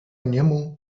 niemu